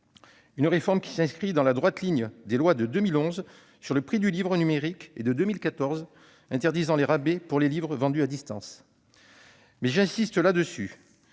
Une réforme qui s'inscrit dans la droite ligne des lois de 2011 sur le prix du livre numérique et de 2014 interdisant les rabais pour les livres vendus à distance. Mais, j'y insiste, il ne